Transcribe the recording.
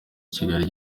kigali